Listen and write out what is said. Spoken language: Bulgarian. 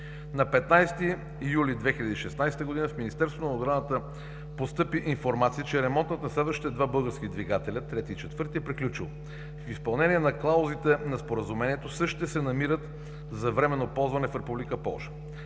На 15 юли 2016 г. в Министерството на отбраната постъпи информация, че ремонт на следващите два български двигателя – трети и четвърти, е приключило. В изпълнение на клаузите на Споразумението същите се намират за временно ползване в Република